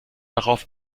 darauf